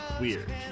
weird